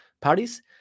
parties